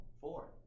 Four